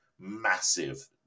massive